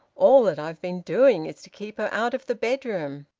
all that i ve been doing is to keep her out of the bedroom.